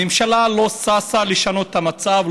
הממשלה לא ששה לשנות את המצב,